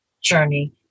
journey